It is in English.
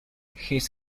his